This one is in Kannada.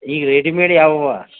ಈಗ ರೆಡಿ ಮೇಡ್ ಯಾವು ಇವೆ